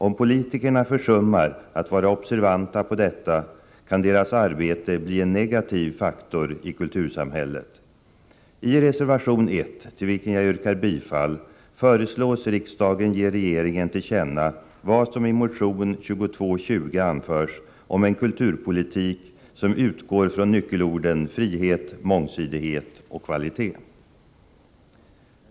Om politikerna försummar att vara observanta på detta, kan deras arbete bli en negativ faktor i kultursamhället. I reservation 1, till vilken jag yrkar bifall, föreslås riksdagen ge regeringen till känna vad som i motion 2220 anförs om en kulturpolitik som utgår från nyckelorden frihet, mångsidighet och kvalitet.